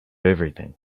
everything